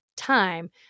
time